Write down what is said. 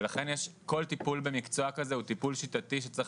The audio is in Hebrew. ולכן כל טיפול במקצוע כזה הוא טיפול שיטתי שצריך